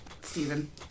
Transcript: Stephen